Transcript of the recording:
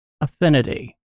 affinity